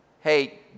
hey